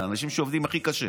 לאנשים שעובדים הכי קשה.